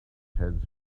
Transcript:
hands